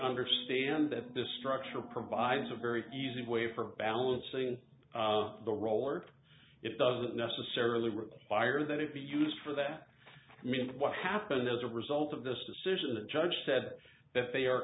understand that the structure provides a very easy way for balancing of the role work it doesn't necessarily require that it be used for that means what happened as a result of this decision the judge said that they are